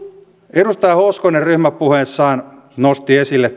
edustaja hoskonen ryhmäpuheessaan nosti esille